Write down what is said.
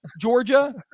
Georgia